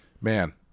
man